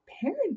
parent